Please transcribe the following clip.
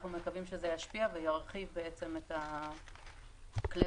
אנחנו מקווים שזה ישפיע וירחיב את מספר כלי